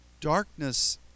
Darkness